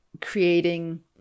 creating